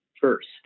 first